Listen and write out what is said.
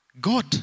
God